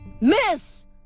Miss